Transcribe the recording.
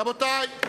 רבותי.